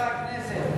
חבר הכנסת,